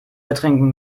betrinken